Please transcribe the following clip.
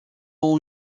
ont